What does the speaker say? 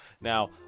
now